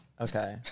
Okay